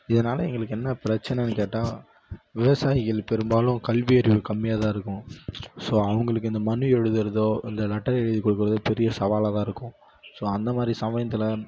இதனால் எங்களுக்கு என்ன பிரச்சனைன்னு கேட்டால் விவசாயிகள் பெரும்பாலும் கல்வி அறிவு கம்மியாகதான் இருக்கும் ஸோ அவங்களுக்கு இந்த மனு எழுதுறதோ இல்லை லெட்டர் எழுதி கொடுக்கறதோ பெரிய சவாலாக தான் இருக்கும் ஸோ அந்தமாதிரி சமயத்தில்